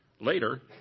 Later